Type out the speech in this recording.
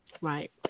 Right